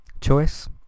choice